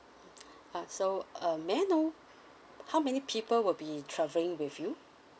uh so um may I know how many people will be travelling with you